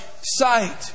sight